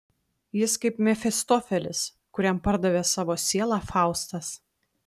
jis kaip mefistofelis kuriam pardavė savo sielą faustas